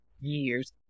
years